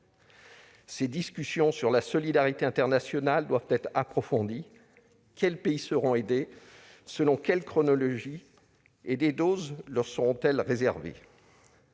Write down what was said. Ces discussions sur la solidarité internationale doivent être approfondies. Quels pays seront aidés et selon quelle chronologie ? Des doses leur seront-elles réservées ?